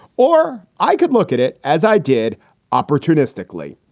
or i could look at it as i did opportunistically.